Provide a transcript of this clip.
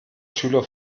schüler